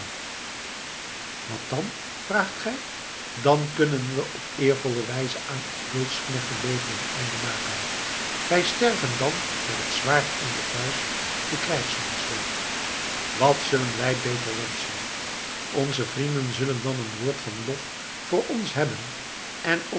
wat dan vraagt gij dan kunnen we op eervolle wijze aan ons beulsknechten leven een einde maken wij sterven dan met het zwaard in de vuist den krijgsmansdood wat kunnen wij beter wenschen onze vrienden zullen dan een woord van lof voor ons hebben en